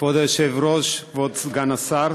לא עושים את זה.